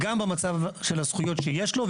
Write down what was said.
גם במצב של הזכויות שיש לו,